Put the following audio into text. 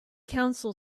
council